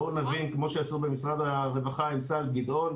כמו שעשו במשרד הרווחה עם סל גדעון,